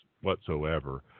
whatsoever